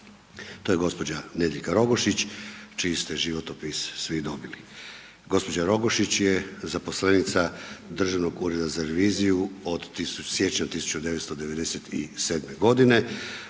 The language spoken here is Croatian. To je gospođa Nediljka Rogošić čiji ste životopis svi dobili. Gospođa Rogoiš je zaposlenica Državnog ureda za reviziju od siječnja 1997. godine